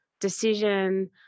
decision